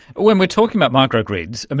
when we're talking about micro-grids,